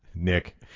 Nick